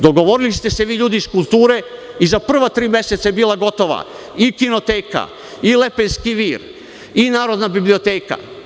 Dogovorili ste se vi ljudi iz kulture i za prva tri meseca je bila gotova i Kinoteka i Lepenski Vir i Narodna biblioteka.